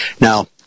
Now